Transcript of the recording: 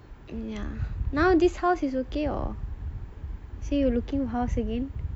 ya now this house is okay or so you looking house again